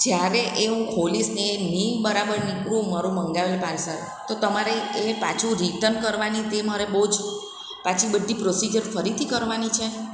જ્યારે એ હું ખોલીશ ને એ નહીં બરાબર નીકળ્યું મારુ મંગાવેલું પાર્સલ તો તમારે એ પાછું રિટર્ન કરવાની તે મારે બહુ જ પાછી બધી પ્રોસીજર ફરીથી કરવાની છે